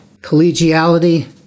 collegiality